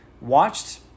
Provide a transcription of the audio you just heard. watched